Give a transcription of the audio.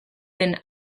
den